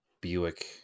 Buick